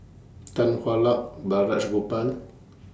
Tan Hwa Luck Balraj Gopal